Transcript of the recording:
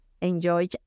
enjoy